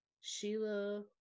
Sheila